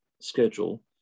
schedule